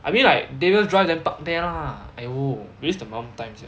I mean like darius drive then park there lah !aiyo! waste the mum time sia